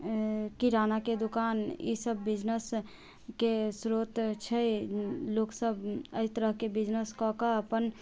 किरानाके दोकान ई सब बिजनेसके स्रोत छै लोक सब अइ तरहके बिजनेस कऽ कऽ अपन